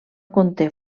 conté